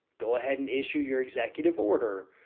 go ahead and issue your executive order.